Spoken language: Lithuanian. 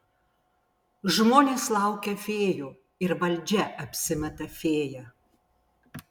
žmonės laukia fėjų ir valdžia apsimeta fėja